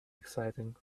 exciting